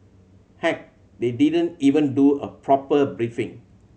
heck they didn't even do a proper briefing